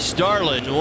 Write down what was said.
Starlin